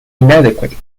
inadequate